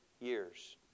years